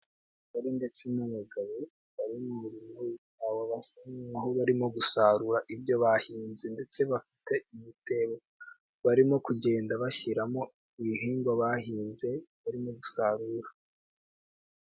Abagore ndetse n'abagabo barimo gusarura ibyo bahinze ndetse bafite ibitebo, barimo kugenda bashyiramo ibihingwa bahinze, barimo gusarura.